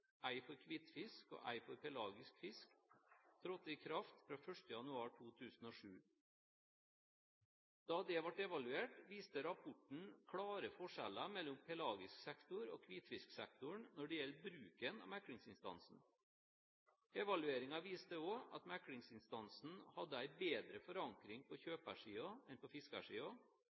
for hvitfisk og én for pelagisk fisk, trådte i kraft fra 1. januar 2007. Da det ble evaluert, viste rapporten klare forskjeller mellom pelagisk sektor og hvitfisksektoren når det gjelder bruken av meklingsinstansen. Evalueringen viste også at meklingsinstansen hadde en bedre forankring på kjøpersiden enn på